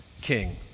king